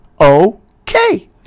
okay